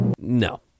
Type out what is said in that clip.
No